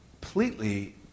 completely